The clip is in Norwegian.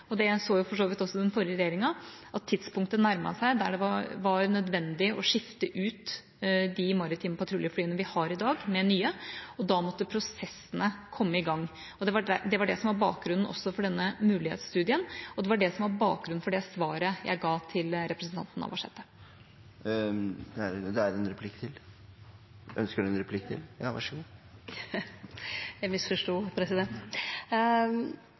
det så for så vidt også den forrige regjeringa – at tidspunktet nærmet seg da det var nødvendig å skifte ut de maritime patruljeflyene vi har i dag, med nye. Da måtte prosessene komme i gang. Det var det som var bakgrunnen også for denne mulighetsstudien, og det var det som var bakgrunnen for det svaret jeg ga til representanten Navarsete. Likevel, som statsråden seier, så har ein over tid hatt ein dialog med amerikanske styresmakter. Det skulle berre mangle, det er